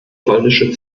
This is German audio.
polnischer